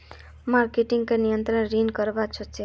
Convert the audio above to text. Marketing का नियंत्रण की करवा होचे?